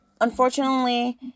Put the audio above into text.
Unfortunately